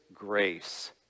grace